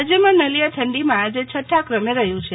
રાજ્યમાં નલિયા ઠંડીમાં છઠ્ઠા ક્રમે રહ્યું છે